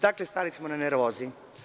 Dakle, stali smo na nervozi.